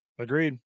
Agreed